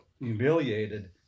humiliated